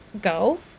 go